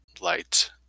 light